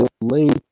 late